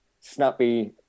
snappy